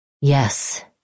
Yes